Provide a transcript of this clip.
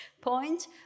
point